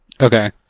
Okay